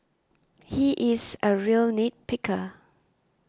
he is a real nit picker